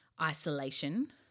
isolation